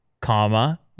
comma